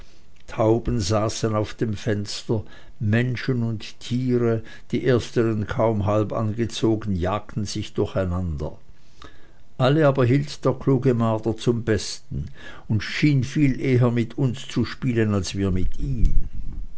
tauben saßen auf dem fenster menschen und tiere die ersteren kaum halb angezogen jagten sich durcheinander alle aber hielt der kluge marder zum besten und schien viel eher mit uns zu spielen als wir mit ihm